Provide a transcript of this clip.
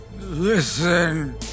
Listen